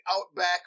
Outback